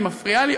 היא מפריעה לי,